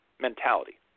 mentality